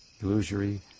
illusory